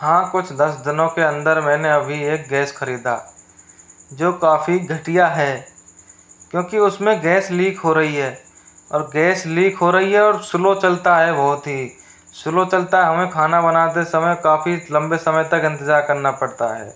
हाँ कुछ दस दिनों के अंदर मैंने अभी एक गैस ख़रीदा जो काफ़ी घटिया है क्योंकि उसमें गैस लीक हो रही है और गैस लीक हो रही है और स्लो चलता है बहुत ही स्लो चलता है हमें खाना बनाते समय काफ़ी लम्बे समय तक इंतजार करना पड़ता है